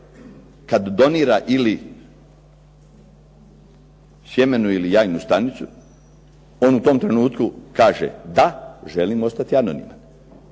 kad donira ili sjemenu ili jajnu stanicu. On u tom trenutku kaže da, želim ostati anoniman.